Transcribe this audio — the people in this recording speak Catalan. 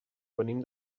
venim